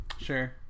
sure